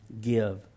Give